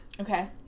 Okay